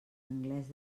anglès